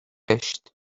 بهشت